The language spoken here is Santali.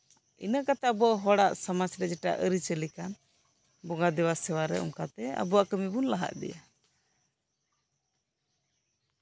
ᱤᱱᱟᱹᱠᱟᱛᱮ ᱟᱵᱚ ᱦᱚᱲᱟᱜ ᱥᱚᱢᱟᱡ ᱨᱮ ᱡᱮᱴᱟ ᱟᱨᱤᱪᱟᱞᱤ ᱠᱟᱱ ᱵᱚᱸᱜᱟ ᱫᱮᱵᱟ ᱥᱮᱵᱟ ᱨᱮ ᱚᱱᱠᱟ ᱛᱮ ᱟᱵᱚᱣᱟᱜ ᱠᱟᱢᱤ ᱵᱚᱱ ᱞᱟᱦᱟ ᱤᱫᱤᱭᱟ